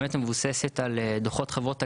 שמבוססת על דו"חות חברות הגז,